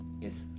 yes